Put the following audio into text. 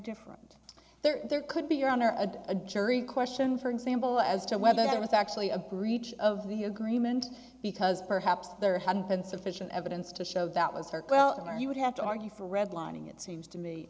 different there could be on a jury question for example as to whether there was actually a breach of the agreement because perhaps there hadn't been sufficient evidence to show that was her queller you would have to argue for redlining it seems to me